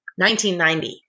1990